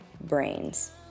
brains